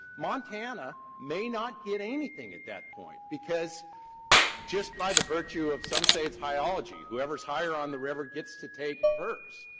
montana may not get anything at that point, because just by the virtue of some say it's highology, whoever is higher on the river gets to take first.